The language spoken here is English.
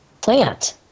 plant